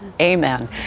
Amen